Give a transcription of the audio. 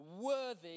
worthy